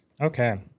Okay